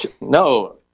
No